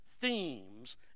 themes